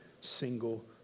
single